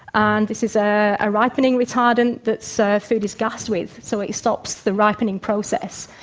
and this is a ah ripening retardant that so food is gassed with, so it stops the ripening process,